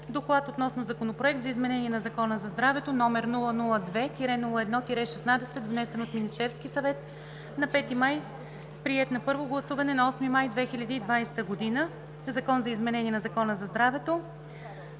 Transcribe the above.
„Доклад относно Законопроект за изменение на Закона за здравето, № 002-01-16, внесен от Министерския съвет на 5 май 2020 г., приет на първо гласуване на 8 май 2020 г.“ „Закон за изменение на Закона за здравето“.